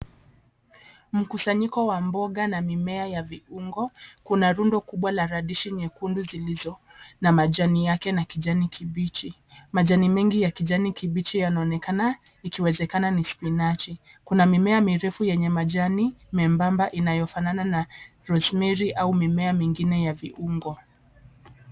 Mkusanyiko wa mboga na mimea ya viungo kuna rundo kubwa la radishi nyekundu zilizo na majani yake na kijani kibichi, majani mengi ya kijani kibichi yanaonekana ikiwezekana ni spinachi kuna mimea mirefu yenye majani membamba inayofanana na rosemari au mimea mimgine ya viungo.